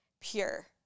pure